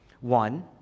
One